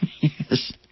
Yes